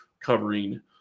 covering